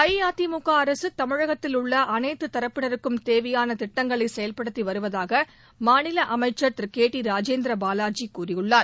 அஇஅதிமுக அரசு தமிழகத்தில் உள்ள அனைத்துத்தரப்பினருக்கும் தேவையான திட்டங்களை செயல்படுத்தி வருவதாக மாநில அமைச்சர் திரு கே டி ராஜேந்திர பாவாஜி கூறியுள்ளார்